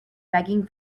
begging